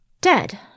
dead